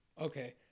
Okay